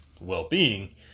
well-being